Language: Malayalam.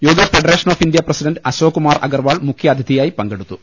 yoga federation of India president Ashok Kumar Agarwal മുഖ്യാതിഥിയായി പങ്കെടുത്തു